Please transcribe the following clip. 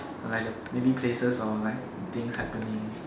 like the maybe places or like the things happening